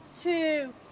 two